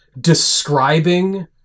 describing